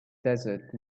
desert